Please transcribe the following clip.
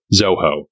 Zoho